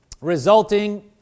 Resulting